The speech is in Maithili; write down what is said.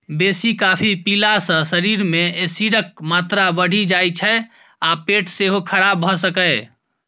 बेसी कॉफी पीला सँ शरीर मे एसिडक मात्रा बढ़ि जाइ छै आ पेट सेहो खराब भ सकैए